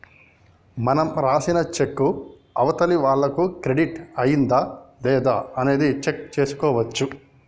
మనం రాసిన చెక్కు అవతలి వాళ్లకు క్రెడిట్ అయ్యిందా లేదా అనేది చెక్ చేసుకోవచ్చు